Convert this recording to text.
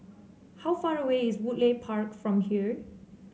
how far away is Woodleigh Park from here